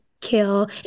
kill